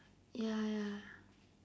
ya ya